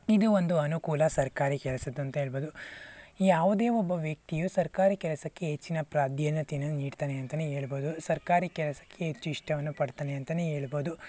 ಇದು ಒಂದು ಅನುಕೂಲ ಸರ್ಕಾರಿ ಕೆಲಸದ್ದಂತ ಹೇಳ್ಬೋದು ಯಾವುದೇ ಒಬ್ಬ ವ್ಯಕ್ತಿಯು ಸರ್ಕಾರಿ ಕೆಲಸಕ್ಕೆ ಹೆಚ್ಚಿನ ಪ್ರಾಧಾನ್ಯತೆಯನ್ನ ನೀಡ್ತಾನೆ ಅಂತಾನೇ ಹೇಳ್ಬೋದು ಸರ್ಕಾರಿ ಕೆಲಸಕ್ಕೆ ಹೆಚ್ಚು ಇಷ್ಟವನ್ನು ಪಡ್ತಾನೆ ಅಂತಾನೆ ಹೇಳ್ಬೋದು